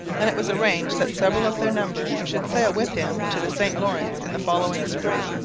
and it was arranged that several of their number should sail with him to the st lawrence in the following spring.